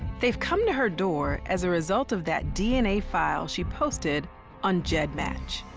they've come to her door as a result of that dna file she posted on gedmatch.